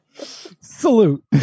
salute